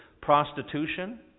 prostitution